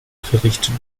verrichten